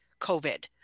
COVID